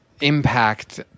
impact